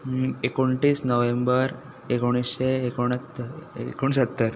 एकोणतीस नोव्हेंबर एकोणीशें एकोणहत्तर एकोणसत्तर